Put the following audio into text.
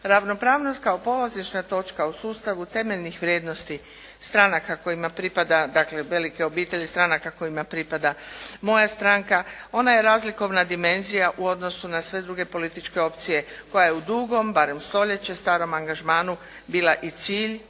Ravnopravnost kao polazišna točka u sustavu temeljnih vrijednosti stranaka kojima pripada, dakle velike obitelji stranaka kojima pripada moja stranka. Ona je razlikovna dimenzija u odnosu na sve druge političke opcije koja je u dugom, barem stoljeće starom angažmanu bila i cilj